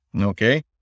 Okay